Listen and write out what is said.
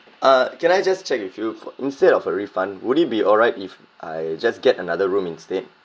uh can I just check with you fo~ instead of a refund would it be alright if I just get another room instead